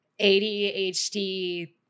ADHD